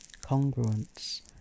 congruence